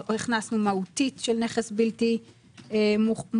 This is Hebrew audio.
הכנסנו "מהותית" "של נכס בלתי מוחשי".